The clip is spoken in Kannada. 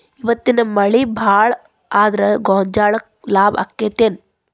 ಇವತ್ತಿನ ಮಳಿ ಭಾಳ ಆದರ ಗೊಂಜಾಳಕ್ಕ ಲಾಭ ಆಕ್ಕೆತಿ ಏನ್?